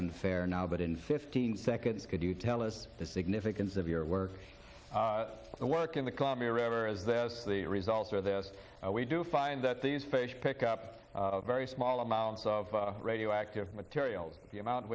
unfair now but in fifteen seconds could you tell us the significance of your work and work in the columbia river is this the result of this we do find that these fish pick up very small amounts of radioactive material the amount